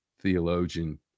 theologian